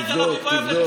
תבדוק, תבדוק.